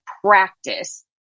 practice